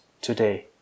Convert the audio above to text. today